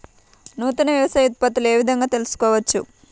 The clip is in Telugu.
నూతన వ్యవసాయ ఉత్పత్తులను ఏ విధంగా తెలుసుకోవచ్చు?